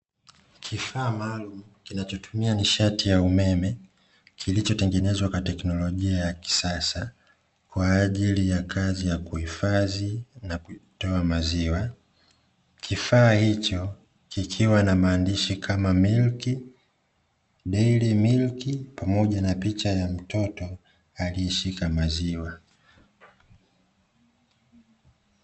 Kifaa maalumu kinachotumia nishati ya umeme kilichotengenezwa kwa teknolojia ya kisasa kwa ajili ya kazi ya kuhifadhi na kutoa maziwa. Kifaa hicho kikiwa na maandishi kama "Milk", "Dairy Milk" pamoja na picha ya mtoto aliyeshika maziwa.